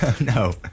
No